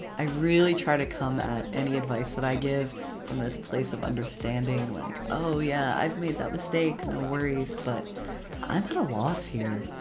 i really try to come at any advice that i give from this place of understanding like oh yeah i've made that mistake! no worries! but i'm at a loss here,